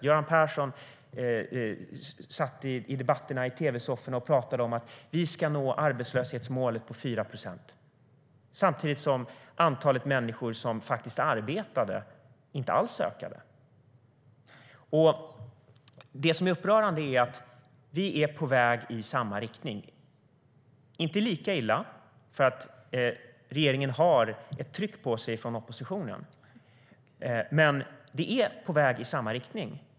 Göran Persson satt i tv-sofforna i debatter och pratade om att vi skulle nå arbetslöshetsmålet på 4 procent samtidigt som antalet människor som faktiskt arbetade inte alls ökade. Det som är upprörande är att vi är på väg i samma riktning. Det är inte lika illa, för regeringen har ett tryck på sig från oppositionen. Men det är på väg i samma riktning.